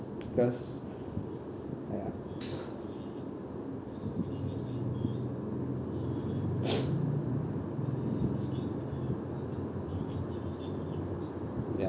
because uh ya ya